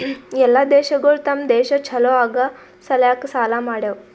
ಎಲ್ಲಾ ದೇಶಗೊಳ್ ತಮ್ ದೇಶ ಛಲೋ ಆಗಾ ಸಲ್ಯಾಕ್ ಸಾಲಾ ಮಾಡ್ಯಾವ್